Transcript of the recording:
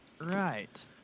right